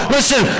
Listen